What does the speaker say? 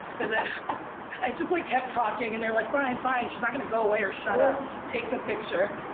and then i just, like, kept talking, and they were like, fine, fine. she's not going to go away or shut up. take the picture.